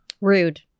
Rude